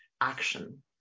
action